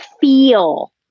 feel